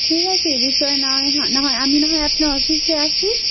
ঠিক আছে এ বিষয় না হয় না না হয় আমি না হয় আপনার অফিসে আসি